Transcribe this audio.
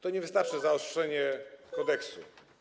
Tu nie wystarczy zaostrzenie kodeksu.